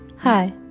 Hi